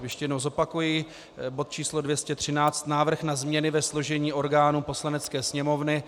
Ještě jednou zopakuji: bod č. 213 Návrh na změny ve složení orgánů Poslanecké sněmovny.